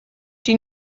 die